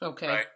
Okay